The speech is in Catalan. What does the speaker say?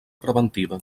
preventiva